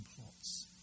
plots